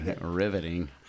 Riveting